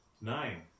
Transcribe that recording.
Nine